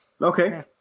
Okay